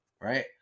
right